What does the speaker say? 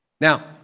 Now